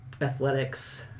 athletics